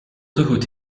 tegoed